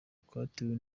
kwatewe